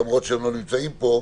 למרות שהם לא נמצאים פה,